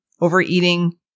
overeating